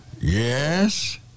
Yes